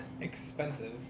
expensive